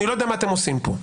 אני לא יודע מה אתם עושים פה.